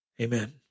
Amen